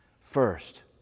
First